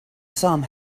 some